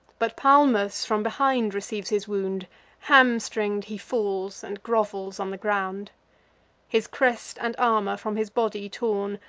but palmus from behind receives his wound hamstring'd he falls, and grovels on the ground his crest and armor, from his body torn,